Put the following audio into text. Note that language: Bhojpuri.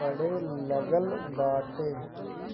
पड़े लागल बाटे